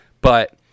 but-